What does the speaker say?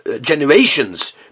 generations